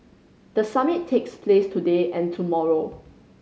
the summit takes place today and tomorrow